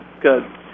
good